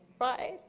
right